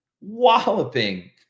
walloping